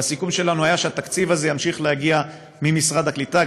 והסיכום שלנו היה שהתקציב הזה ימשיך להגיע ממשרד הקליטה,